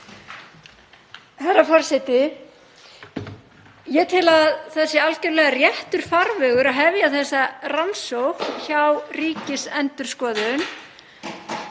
Herra forseti. Ég tel að það sé algjörlega réttur farvegur að hefja þessa rannsókn hjá Ríkisendurskoðun.